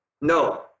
No